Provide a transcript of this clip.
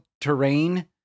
terrain